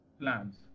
plans